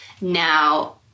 Now